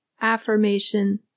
affirmation